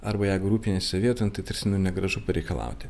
arba jeigu rūpiniesi savijauta nu tai tarsi nu negražu pareikalauti